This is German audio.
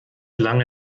lange